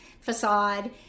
facade